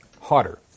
hotter